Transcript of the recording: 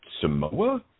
Samoa